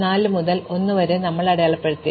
4 മുതൽ 1 വരെ ഞങ്ങൾ എത്തി